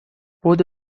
بدو